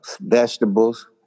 vegetables